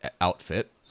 outfit